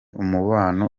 umubano